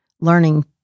learning